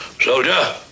soldier